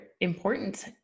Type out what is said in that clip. important